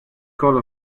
code